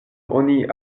oni